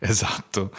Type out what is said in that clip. Esatto